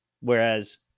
Whereas